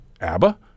ABBA